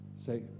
say